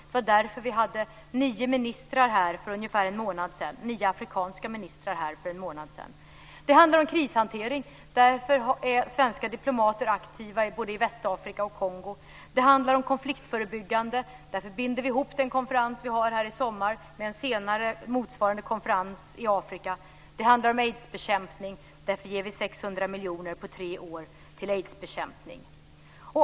Det var därför som vi hade nio afrikanska ministrar här för ungefär en månad sedan. Det handlar om krishantering. Därför är svenska diplomater aktiva både i Västafrika och i Kongo. Det handlar om konfliktförebyggande. Därför binder vi ihop den konferens som vi har här i sommar med en senare motsvarande konferens i Afrika. Det handlar om aidsbekämpning. Därför ger vi 600 miljoner under tre år till aidsbekämpning.